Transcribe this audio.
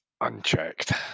unchecked